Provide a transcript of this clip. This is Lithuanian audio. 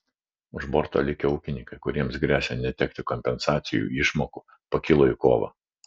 už borto likę ūkininkai kuriems gresia netekti kompensacinių išmokų pakilo į kovą